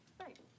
Right